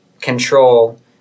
control